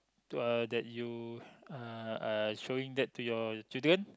to uh that you uh uh showing that to your children